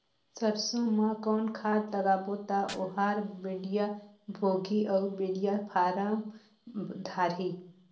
सरसो मा कौन खाद लगाबो ता ओहार बेडिया भोगही अउ बेडिया फारम धारही?